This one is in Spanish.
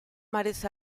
mares